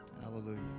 Hallelujah